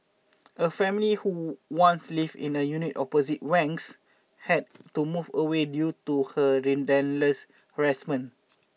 a family who once lived in a unit opposite Wang's had to move away due to her relentless harassment